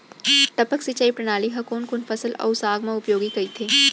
टपक सिंचाई प्रणाली ह कोन कोन फसल अऊ साग म उपयोगी कहिथे?